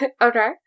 Okay